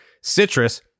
citrus